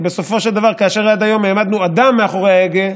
כי בסופו של דבר כאשר עד היום העמדנו אדם מאחורי ההגה,